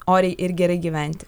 oriai ir gerai gyventi